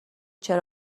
چرا